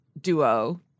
duo